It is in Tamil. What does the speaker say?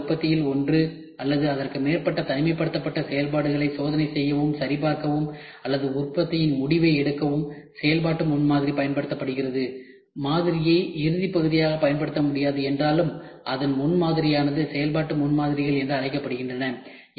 பிற்கால உற்பத்தியின் ஒன்று அல்லது அதற்கு மேற்பட்ட தனிமைப்படுத்தப்பட்ட செயல்பாடுகளை சோதனை செய்யவும் சரிபார்க்கவும் அல்லது உற்பத்தி முடிவை எடுக்கவும் செயல்பாட்டு முன்மாதிரி பயன்படுத்தப்படுகிறது மாதிரியை இறுதி பகுதியாக பயன்படுத்த முடியாது என்றாலும் அந்த முன் மாதிரியானது செயல்பாட்டு முன்மாதிரிகள் என அழைக்கப்படுகிறது